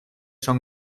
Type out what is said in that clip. son